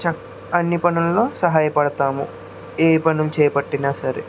చ అన్ని పనుల్లో సహాయపడతాము ఏ పనులు చేపట్టిన సరే